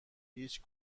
هیچ